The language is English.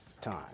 time